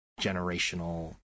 generational